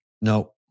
No